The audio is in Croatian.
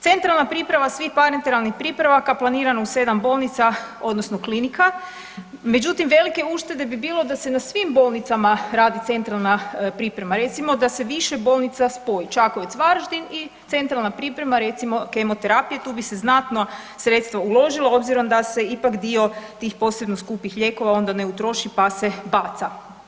Centralna priprema svih … pripravaka planirana u sedam bolnica odnosno klinika, međutim velike uštede bi bilo da se na svim bolnicama radi centralna priprema, recimo da se više bolnica spoji, Čakovec-Varaždin i centralna priprema recimo kemoterapije, tu bi se znatna sredstva uložilo obzirom da se ipak dio tih posebno skupih lijekova onda ne utroši pa se baca.